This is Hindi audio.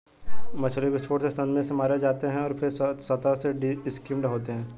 मछली विस्फोट से सदमे से मारे जाते हैं और फिर सतह से स्किम्ड होते हैं